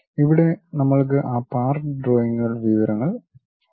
ഇവിടെ നമ്മൾക്ക് ആ പാർട്ട് ഡ്രോയിംഗുകൾ വിവരങ്ങൾ ഉണ്ട്